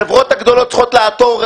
החברות הגדולות צריכות לעתור,